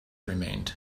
remained